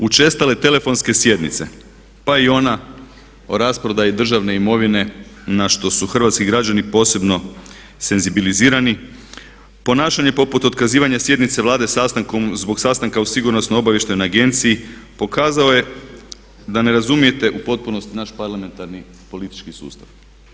Učestale telefonske sjednice, pa i ona o rasprodaji državne imovine na što su hrvatski građani posebno senzibilizirani, ponašanje poput otkazivanja sjednice Vlade zbog sastanka u Sigurnosno obavještajno agenciji pokazao je da ne razumijete u potpunosti naš parlamentarni politički sustav.